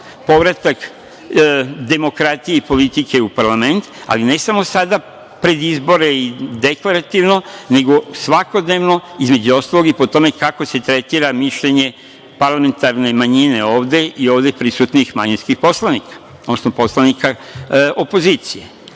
povratak demokratije i politike u parlament, ali ne samo sada, pred izbore i deklarativno, nego svakodnevno, između ostalog i po tome kako se tretira mišljenje parlamentarne manjine ovde i ovde prisutnih manjinskih poslanika, odnosno poslanika opozicije.